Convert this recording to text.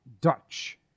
dutch